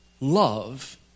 love